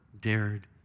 dared